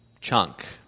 chunk